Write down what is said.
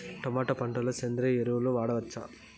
Tomato పంట లో సేంద్రియ ఎరువులు వాడవచ్చా?